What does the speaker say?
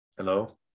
Hello